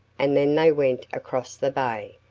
and then they went across the bay,